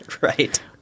right